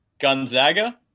Gonzaga